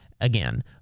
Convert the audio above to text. Again